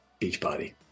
Beachbody